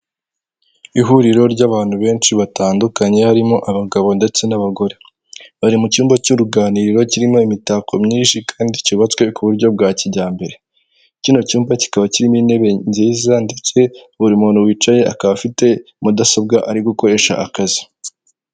Ihuriro ry'abantu benshi batandukanye harimo abagabo ndetse n'abagore .Bari mu cyumba cy'uruganiriro kirimo imitako myinshi kandi cyubatswe ku buryo bwa kijyambere, kino cyumba kikaba kirimo intebe nziza ndetse buri muntu wicaye akaba afite mudasobwa ari gukoresha akazi.